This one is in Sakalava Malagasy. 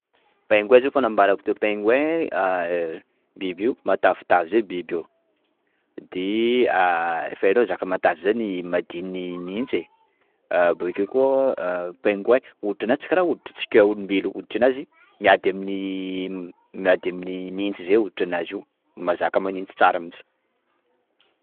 Pingouin zany efa nambarako teo, pingouin biby matavitavy zay biby io, de efa hainao zaka matavy zany madiny nintsy ai, ah bokeo koa ah pingouin hoditranazy tsy karaha hoditrantsika olombelona, hoditranazy miady aminy nintsy zay hoditra nazy io, mazaka manintsy tsara mintsy.